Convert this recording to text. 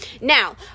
Now